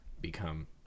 become